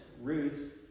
Ruth